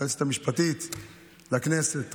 היועצת המשפטית לכנסת,